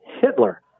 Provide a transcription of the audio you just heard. Hitler